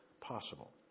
possible